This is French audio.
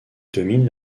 domine